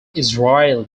israel